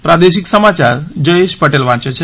પ્રાદેશિક સમાયાર જયેશ પટેલ વાંચે છે